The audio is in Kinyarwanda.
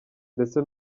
ndetse